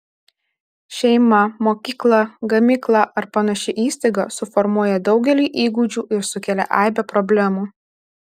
šeima mokykla gamykla ar panaši įstaiga suformuoja daugelį įgūdžių ir sukelia aibę problemų